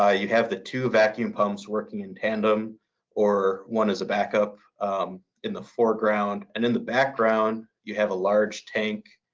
ah you have the two vacuum pumps working in tandem or one is a backup in the foreground. and in the background, you have a large tank.